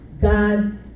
God